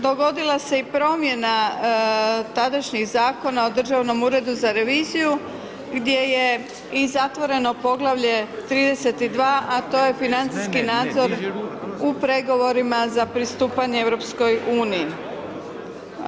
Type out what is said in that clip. Dogodila se i promjena tadašnjih Zakona o Državnom uredu za reviziju gdje je i zatvoreno poglavlje 32. a to je financijski nadzor u pregovorima za pristupanje EU-u.